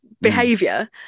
behavior